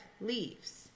leaves